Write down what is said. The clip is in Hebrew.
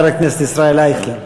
חבר הכנסת ישראל אייכלר.